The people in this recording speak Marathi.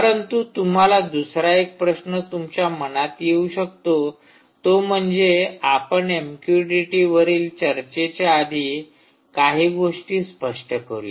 परंतु तुम्हाला दुसरा एक प्रश्न तुमच्या मनात येऊ शकतो तो म्हणजे आपण एमक्युटीटी वरील चर्चेच्या आधी काही गोष्टी स्पष्ट करूया